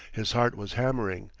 his heart was hammering,